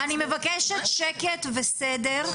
אני מבקשת שקט וסדר.